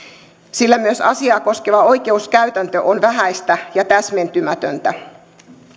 sillä myös asiaa koskeva oikeuskäytäntö on vähäistä ja täsmentymätöntä